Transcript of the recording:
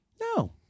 No